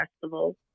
festival